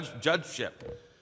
judgeship